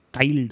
tiled